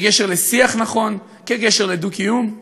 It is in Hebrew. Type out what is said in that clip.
כגשר לשיח נכון, כגשר לדו-קיום.